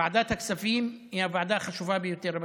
ועדת הכספים היא הוועדה החשובה ביותר בכנסת,